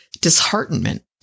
disheartenment